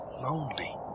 lonely